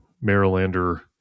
Marylander